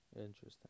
Interesting